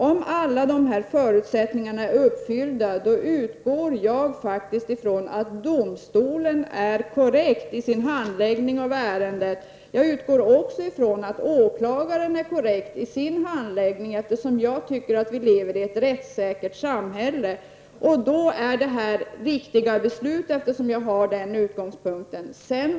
Om alla dessa förutsättningar är uppfyllda, utgår jag faktiskt ifrån att domstolen är korrekt i sin handläggning av ärendet. Jag utgår också ifrån att åklagaren är korrekt i sin handläggning, eftersom jag tycker att vi lever i ett rättssäkert samhälle. Har man den utgångspunkten är detta beslut viktigt.